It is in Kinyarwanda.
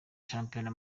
shampiyona